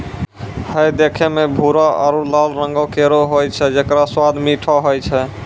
हय देखै म भूरो आरु लाल रंगों केरो होय छै जेकरो स्वाद मीठो होय छै